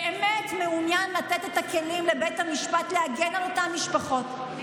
באמת מעוניין לתת את הכלים לבית המשפט להגן על אותן משפחות,